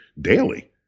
daily